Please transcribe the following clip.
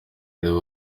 rero